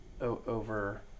over